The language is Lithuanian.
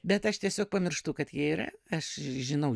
bet aš tiesiog pamirštu kad jie yra aš žinau